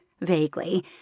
vaguely